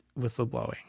whistleblowing